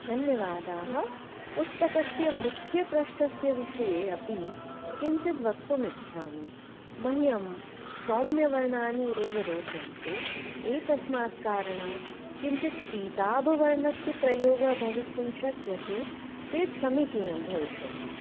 धन्यवादाः पुस्तकस्य मुख्यपृष्ठस्य विषये अपि किञ्चिद्वक्तुमिच्छामि मह्यं सौम्यवर्णानि एव रोचन्ते एतस्मात् कारणात् किञ्चित् पीताभवर्णस्य प्रयोगः भवितुं शक्यते चेत् समीचीनं भविष्यति